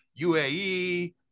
UAE